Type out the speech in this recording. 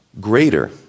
greater